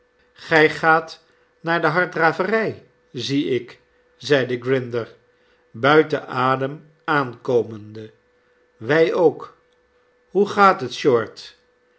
gij gaat naar de harddraverij zieik zeide grinder buiten adem aankomende wij ook hoe gaat het short